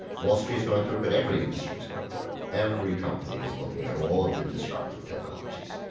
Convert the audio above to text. wall street's going through it, but every industry is going through it. every company is looking at all of the disruptive technologies,